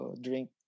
drink